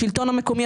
השלטון המקומי,